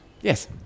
Yes